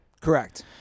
Correct